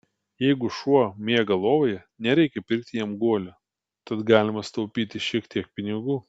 jeigu šuo miega lovoje nereikia pirkti jam guolio tad galima sutaupyti šiek tiek pinigų